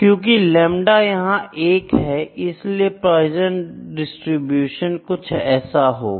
क्योंकि लेमड़ा यहां 1 है इसलिए डिस्ट्रीब्यूशन कुछ ऐसा होगा